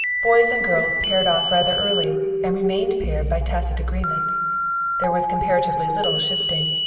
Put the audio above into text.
boys and girls paired off rather early, and remained paired by tacit agreement there was comparatively little shifting.